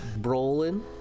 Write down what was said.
Brolin